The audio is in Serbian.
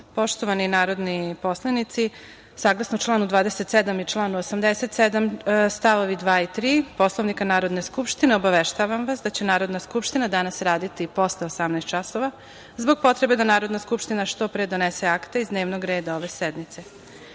Maričiću. Poštovani narodni poslanici, saglasno članu 27. i članu 87. stavovi 2. i 3. Poslovnika Narodne skupštine, obaveštavam vas da će Narodna skupština danas raditi i posle 18.00 časova zbog potrebe da Narodna skupština što pre donese akte iz dnevnog reda ove sednice. Sada,